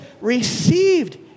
received